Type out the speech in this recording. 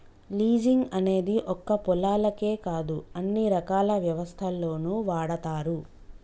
leasing అనేది ఒక్క పొలాలకే కాదు అన్ని రకాల వ్యవస్థల్లోనూ వాడతారు